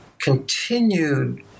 continued